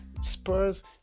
Spurs